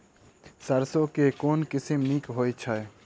सैरसो केँ के किसिम नीक होइ छै?